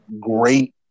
great